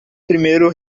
primeiro